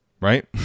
right